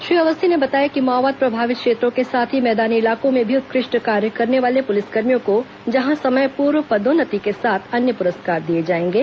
श्री अवस्थी ने बताया कि माओवाद प्रभावित क्षेत्रों के साथ ही मैदानी इलाकों में भी उत्कृष्ट कार्य करने वाले पुलिसकर्मियों को जहां समय पूर्व पदोन्नति के साथ अन्य पुरस्कार दिए जाएंगे